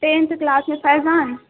tenth class میں فرحان